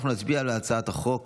אנחנו נצביע על הצעת החוק